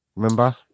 remember